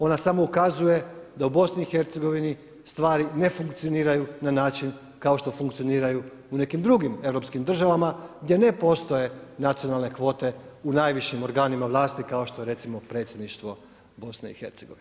Ona samo ukazuje da u BIH stvari ne funkcioniraju na način kao što funkcioniraju u nekim drugim europskim državama gdje ne postoje nacionalne kvote u najvišim organima vlasti, kao što je recimo predsjedništvo BIH.